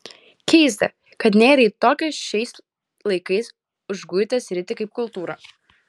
keista kad nėrei į tokią šiais laikais užguitą sritį kaip kultūra